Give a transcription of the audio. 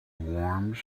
worms